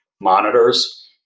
monitors